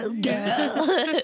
girl